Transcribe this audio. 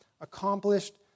accomplished